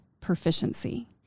proficiency